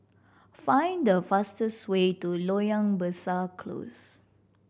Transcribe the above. find the fastest way to Loyang Besar Close